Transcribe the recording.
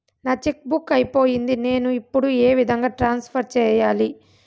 నా cheque book అయిపోయింది నేను ఇప్పుడు ఏ విధంగా ట్రాన్స్ఫర్ సేయాలి?